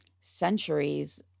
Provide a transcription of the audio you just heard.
centuries